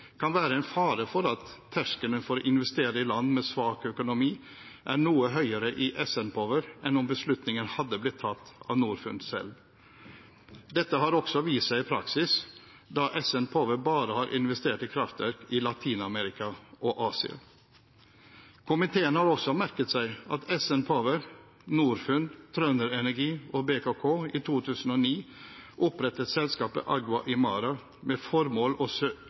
kan være en fare for at terskelen for å investere i land med svak økonomi er noe høyere i SN Power enn om beslutningene hadde blitt tatt av Norfund selv. Dette har også vist seg i praksis, da SN Power bare har investert i kraftverk i Latin-Amerika og Asia. Komiteen har også merket seg at SN Power, Norfund, TrønderEnergi og BKK i 2009 opprettet selskapet Agua Imara, med formål å øke investeringene i fornybar energi i land sør